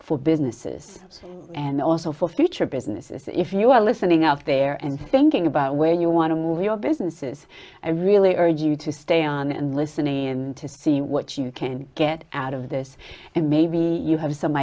for businesses and also for future businesses if you are listening out there and thinking about where you want to move your business is i really urge you to stay on and listen in to see what you can get out of this and maybe you have some